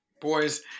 boys